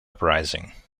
uprising